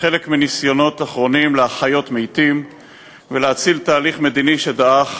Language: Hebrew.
כחלק מניסיונות אחרונים להחיות מתים ולהציל תהליך מדיני שדעך